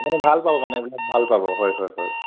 আপুনি ভাল পাব মানে এইবিলাক ভাল পাব হয় হয় হয়